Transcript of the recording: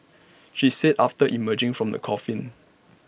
she said after emerging from the coffin